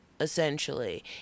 essentially